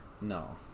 No